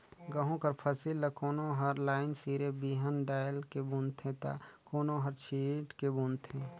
गहूँ कर फसिल ल कोनो हर लाईन सिरे बीहन डाएल के बूनथे ता कोनो हर छींट के बूनथे